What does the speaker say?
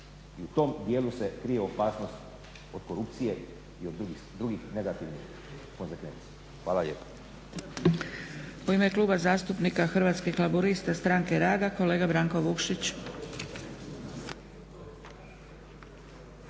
I u tom dijelu se krije opasnost od korupcije i od drugih negativnih konzekvenci. Hvala lijepo.